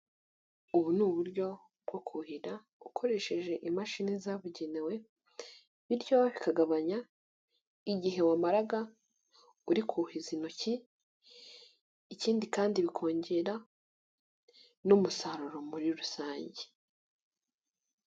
Ubu ni uburyo bwo kuhira ukoresheje imashini zabugenewe bityo bikagabanya igihe wamaraga uri kuhiza intoki ikindi kandi bikongera n'umusaruro muri rusange.